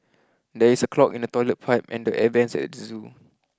there is a clog in the toilet pipe and the air vents at the zoo